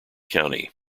county